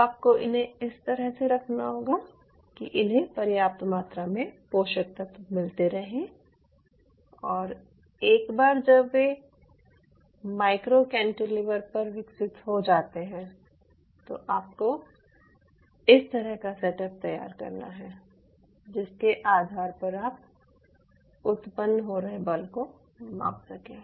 अब आपको इन्हें इस तरह से रखना होगा कि इन्हें पर्याप्त मात्रा में पोषक तत्व मिलते रहे और एक बार जब वे माइक्रो कैंटिलीवर पर विकसित हो जाते हैं तो आपको इस तरह का सेटअप तैयार करना है जिसके आधार पर आप उत्पन्न हो रहे बल को माप सकें